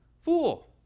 fool